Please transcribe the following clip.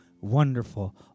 wonderful